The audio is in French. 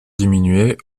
diminué